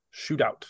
Shootout